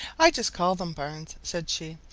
i just call them barns, said she,